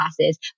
classes